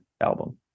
album